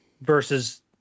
versus